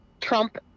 Trump